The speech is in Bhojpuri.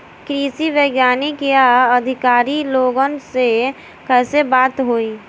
कृषि वैज्ञानिक या अधिकारी लोगन से कैसे बात होई?